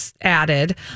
added